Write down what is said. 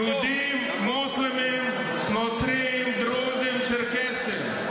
יהודים, מוסלמים, נוצרים, דרוזים, צ'רקסים.